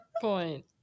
point